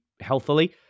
healthily